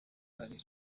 ararira